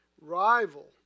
Rival